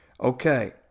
Okay